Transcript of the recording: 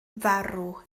farw